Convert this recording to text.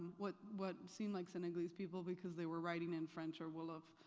what what seemed like senegalese people because they were writing in french or wolof,